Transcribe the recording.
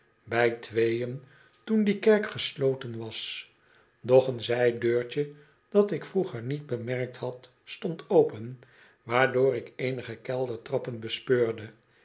bij tweeën toen die kerk gesloten was doch een zijdeurtje dat ik vroeger niet bemerkt had stond open waardoor ik eenige keldertrappen bespeurde